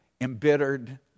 embittered